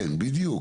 כן בדיוק.